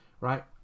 right